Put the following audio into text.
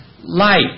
light